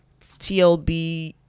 tlb